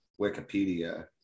Wikipedia